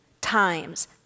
times